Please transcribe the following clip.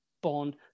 Bond